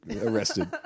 Arrested